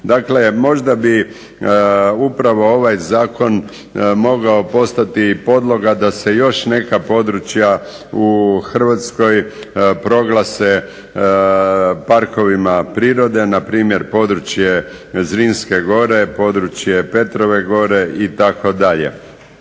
Dakle, možda bi upravo ovaj zakon mogao postati i podloga da se još neka područja u Hrvatskoj proglase parkovima prirode npr. područje Zrinske gore, područje Petrove gore itd.